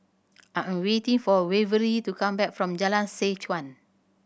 I am waiting for Waverly to come back from Jalan Seh Chuan